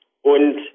Und